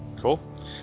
Cool